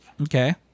okay